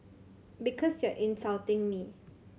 because you are insulting me